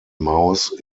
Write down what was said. mouse